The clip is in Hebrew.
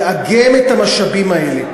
לאגם את המשאבים האלה,